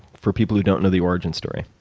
for people who don't know the origin story.